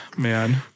Man